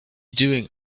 doing